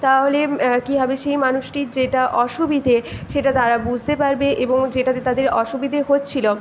তাহলে কী হবে সেই মানুষটির যেটা অসুবিধে সেটা তারা বুঝতে পারবে এবং যেটাতে তাদের অসুবিধে হচ্ছিল